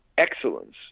excellence